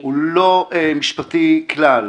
הוא לא משפטי כלל.